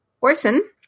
Orson